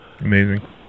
amazing